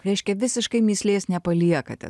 reiškia visiškai mįslės nepaliekate